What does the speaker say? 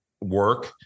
work